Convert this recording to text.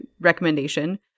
recommendation